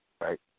Right